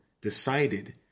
decided